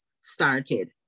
started